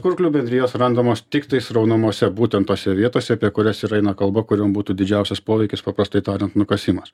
kurklių bendrijos randamos tiktai sraunumose būtent tose vietose apie kurias ir eina kalba kuriom būtų didžiausias poveikis paprastai tarian nukasimas